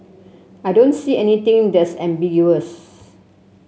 I don't see anything that's ambiguous